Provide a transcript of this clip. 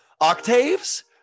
Octaves